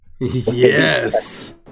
yes